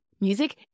music